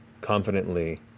confidently